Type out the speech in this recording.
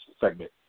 segment